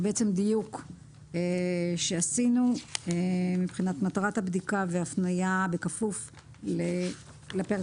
זה בעצם דיוק שעשינו מבחינת מטרת הבדיקה והפניה בכפוף לפרק